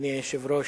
אדוני היושב-ראש,